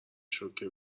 شوکه